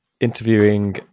interviewing